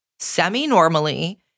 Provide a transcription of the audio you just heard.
semi-normally